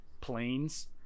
planes